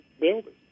building